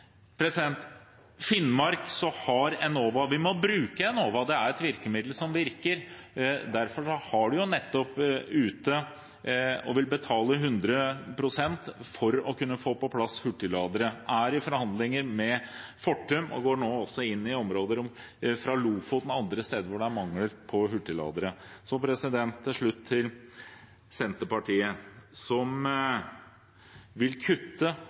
Finnmark vil de betale 100 pst. for å kunne få på plass hurtigladere. De er i forhandlinger med Fortum og går nå også inn i områder i Lofoten og andre steder der det er mangel på hurtigladere. Til slutt til Senterpartiet, som vil kutte